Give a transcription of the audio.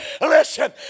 listen